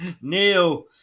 Neil